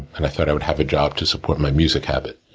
and i thought i would have a job to support my music habit.